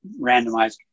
randomized